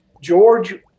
George